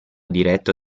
diretto